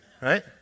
Right